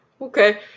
Okay